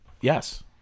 yes